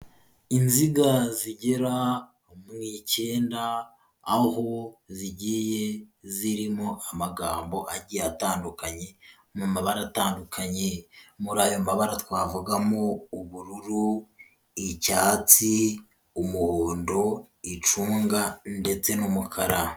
Inziga zigera mu icyenda, aho zigiye zirimo amagambo agiye atandukanye mu mabara atandukanye, muri ayo mabara twavugamo ubururu, icyatsi, umuhondo, icunga ndetse n'umukara.